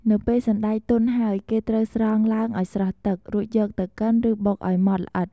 នៅពេលសណ្ដែកទុនហើយ គេត្រូវស្រង់ឡើងឲ្យស្រស់ទឹក រួចយកទៅកិន ឬបុកឲ្យម៉ដ្ឋល្អិត។